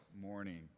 morning